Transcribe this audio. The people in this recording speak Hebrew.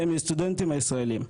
מהסטודנטים הישראלים,